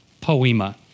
poema